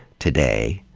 today,